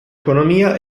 economia